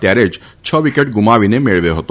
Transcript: ત્યારે જ છ વિકેટ ગૂમાવીને મેળવ્યો હતો